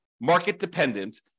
market-dependent